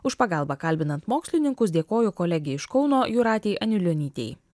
už pagalbą kalbinant mokslininkus dėkoju kolegei iš kauno jūratei anilionytei